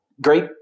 great